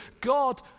God